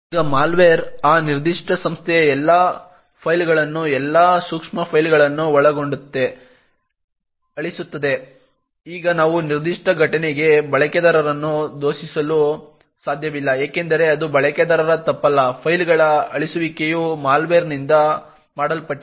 ಈಗ ಮಾಲ್ವೇರ್ ಆ ನಿರ್ದಿಷ್ಟ ಸಂಸ್ಥೆಯ ಎಲ್ಲಾ ಫೈಲ್ಗಳನ್ನು ಎಲ್ಲಾ ಸೂಕ್ಷ್ಮ ಫೈಲ್ಗಳನ್ನು ಒಳಗೊಂಡಂತೆ ಅಳಿಸುತ್ತದೆ ಈಗ ನಾವು ನಿರ್ದಿಷ್ಟ ಘಟನೆಗೆ ಬಳಕೆದಾರರನ್ನು ದೂಷಿಸಲು ಸಾಧ್ಯವಿಲ್ಲ ಏಕೆಂದರೆ ಅದು ಬಳಕೆದಾರರ ತಪ್ಪಲ್ಲ ಫೈಲ್ಗಳ ಅಳಿಸುವಿಕೆಯು ಮಾಲ್ವೇರ್ನಿಂದ ಮಾಡಲ್ಪಟ್ಟಿದೆ